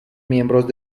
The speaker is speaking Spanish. miembros